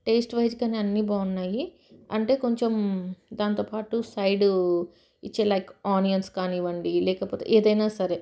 taste wise కానీ అన్నీ బాగున్నాయి అంటే కొంచెం దాంతోపాటు సైడ్ ఇచ్చే లైక్ ఆనియన్స్ కానివ్వండి లేకపోతే ఏదైనా సరే